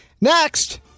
Next